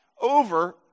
over